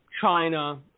China